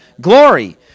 glory